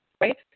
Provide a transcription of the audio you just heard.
right